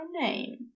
name